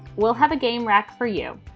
we'll have a game rack for you.